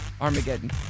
Armageddon